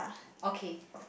okay